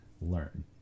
learn